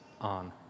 on